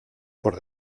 por